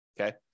Okay